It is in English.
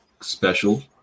special